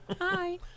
Hi